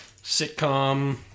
sitcom